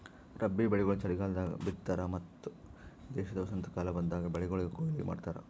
ರಬ್ಬಿ ಬೆಳಿಗೊಳ್ ಚಲಿಗಾಲದಾಗ್ ಬಿತ್ತತಾರ್ ಮತ್ತ ದೇಶದ ವಸಂತಕಾಲ ಬಂದಾಗ್ ಬೆಳಿಗೊಳಿಗ್ ಕೊಯ್ಲಿ ಮಾಡ್ತಾರ್